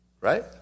Right